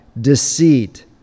deceit